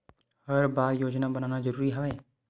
हर बार योजना बनाना जरूरी है?